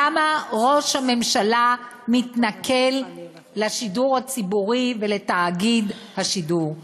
למה ראש הממשלה מתנכל לשידור הציבורי ולתאגיד השידור?